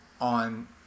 on